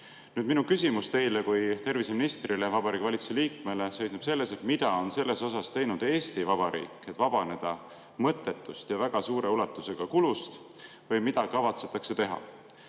Minu küsimus teile kui terviseministrile ja Vabariigi Valitsuse liikmele seisneb selles, et mida on teinud Eesti Vabariik, et vabaneda mõttetust ja väga suure ulatusega kulust, või mida kavatsetakse teha.